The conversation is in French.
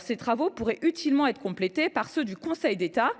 Ces travaux pourraient être utilement complétés par ceux du Conseil d’État,